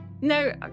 No